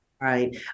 Right